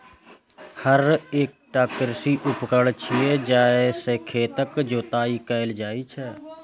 हर एकटा कृषि उपकरण छियै, जइ से खेतक जोताइ कैल जाइ छै